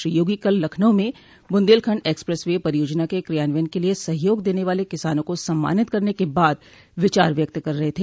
श्री योगी कल लखनऊ में Bundelkhand expressway परियोजना के क्रियान्वयन के लिये सहयोग देने वाले किसानों को सम्मानित करने के बाद विचार व्यक्त कर रहे थे